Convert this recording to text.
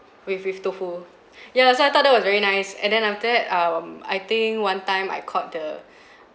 with with tofu ya so I thought that was very nice and then after that um I think one time I caught the